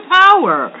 power